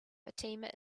fatima